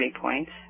points